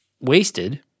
wasted